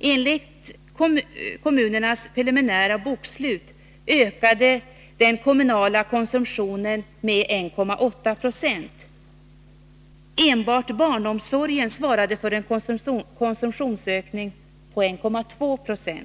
Enligt kommunernas preliminära bokslut ökade den kommunala konsumtionen med 1,8 26. Enbart barnomsorgen svarade för en konsumtionsökning på 1,2 70.